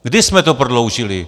Kdy jsme to prodloužili?